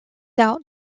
out